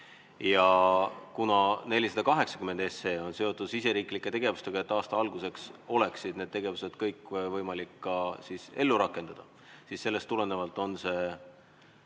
Ja kuna 480 SE on seotud riigisiseste tegevustega, et aasta alguseks oleksid need tegevused kõik võimalik ka ellu rakendada, siis sellest tuleneb see